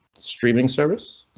streaming service?